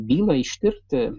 bylą ištirti